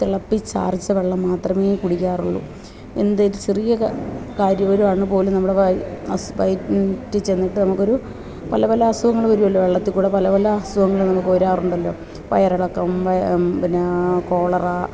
തിളപ്പിച്ചാറിച്ചാൽ വെള്ളം മാത്രമേ കുടിക്കാറുള്ളൂ എന്തു ചെറിയ കാ കാര്യവരുവാണ് പോലും നമ്മൾ വായ് അസ് വയ റ്റി ചെന്നിട്ട് നമുക്കൊരു പല പല അസുഖങ്ങൾ വരുമല്ലോ വെള്ളത്തിൽക്കൂടി പല പല അസുഖങ്ങൾ നമുക്ക് വരാറുണ്ടല്ലോ വയറിളക്കം വയ പിന്നെ കോളറാ